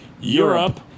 Europe